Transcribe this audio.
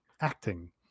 acting